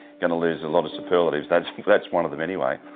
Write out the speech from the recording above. going to use a lot of superlative that's that's one of them anyway.